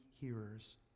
hearers